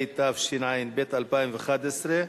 התשע"ב 2011,